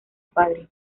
padre